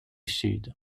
sud